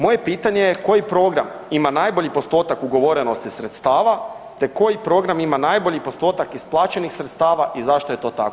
Moje pitanje je koji program ima najbolji postotak ugovorenost sredstava te koji program ima najbolji postotak isplaćenih sredstava i zašto je to tako?